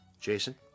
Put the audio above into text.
Jason